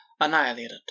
annihilated